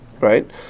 right